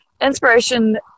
inspiration